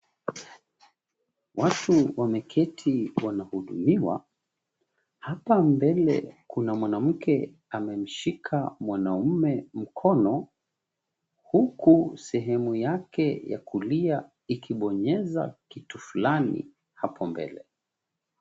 Watu wameketi wanahudumiwa, hapa mbele kuna mwanamke amemshika mwanamume mkono, huku sehemu yake ya kulia ikibonyeza kitu fulani hapo mbele.